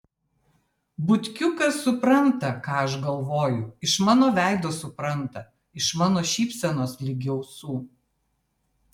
butkiukas supranta ką aš galvoju iš mano veido supranta iš mano šypsenos ligi ausų